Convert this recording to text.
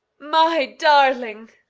my darling,